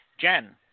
Jen